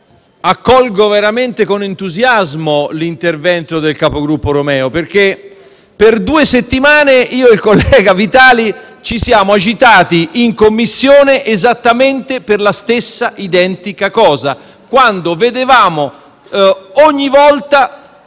accolgo veramente con entusiasmo l'intervento del capogruppo Romeo, perché per due settimane io e il collega Vitali ci siamo agitati in Commissione esattamente per la stessa, identica cosa. Ogni volta